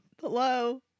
hello